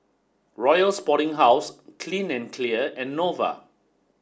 Royal Sporting House Clean and Clear and Nova